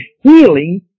healing